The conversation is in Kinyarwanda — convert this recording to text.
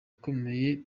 ukomeye